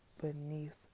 beneath